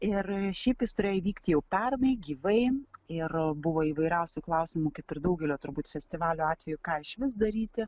ir šiaip jis turėjo įvykti jau pernai gyvai ir buvo įvairiausių klausimų kaip ir daugelio turbūt festivalio atveju ką išvis daryti